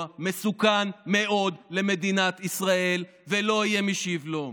מסוכן מאוד למדינת ישראל ולא יהיה מי שיבלום.